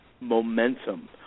momentum